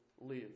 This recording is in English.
live